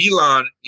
Elon